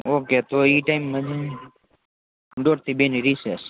okay તો ઈ થાય દોઢ થી બે ની રિસેસ